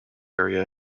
area